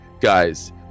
guys